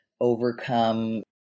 overcome